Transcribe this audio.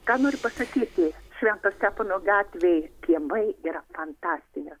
ką nori pasakyti švento stepono gatvėj kiemai yra fantastiniai